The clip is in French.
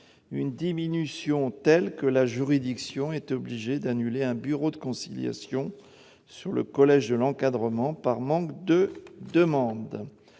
une diminution telle que la juridiction a été obligée d'annuler un bureau de conciliation sur le collège de l'encadrement par manque de demandes.